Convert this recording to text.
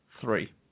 three